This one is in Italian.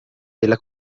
della